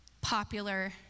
popular